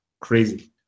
Crazy